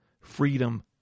freedom